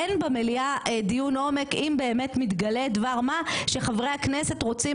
אין במליאה דיון עומק אם באמת מתגלה דבר מה שחברי הכנסת רוצים